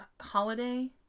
holiday